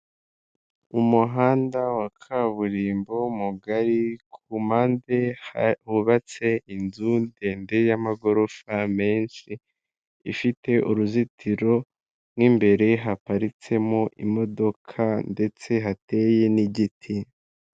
Umuhanda wa kaburimbo mugari, ku mpande hubatse inzu ndende y'amagorofa menshi, ifite uruzitiro mo imbere haparitse mo imodoka ndetse hateye n'igiti.